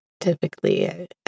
typically